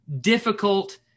difficult